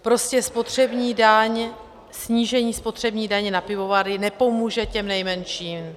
Prostě spotřební daň, snížení spotřební daně na pivovary nepomůže těm nejmenším.